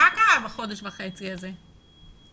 מה קרה בחודש וחצי האלה?